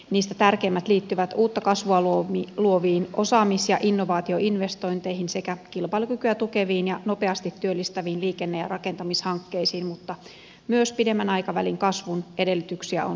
niistä tärkeimmät liittyvät uutta kasvua luoviin osaamis ja innovaatioinvestointeihin sekä kilpailukykyä tukeviin ja nopeasti työllistäviin liikenne ja rakentamishankkeisiin mutta myös pidemmän aikavälin kasvun edellytyksiä on luotu